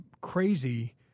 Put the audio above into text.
crazy